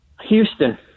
Houston